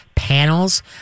Panels